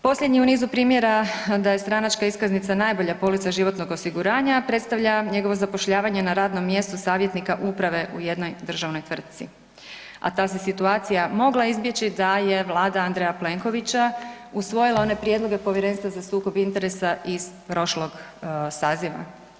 Posljednji u nizu primjera da je stranačka iskaznica najbolja polica životnog osiguranja predstavlja njegovo zapošljavanje na radnom mjestu savjetnika uprave u jednoj državnoj tvrtci, a ta se situacija mogla izbjeći da je Vlada Andreja Plenkovića usvojila one prijedloge Povjerenja za sukob interesa iz prošlog saziva.